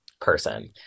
person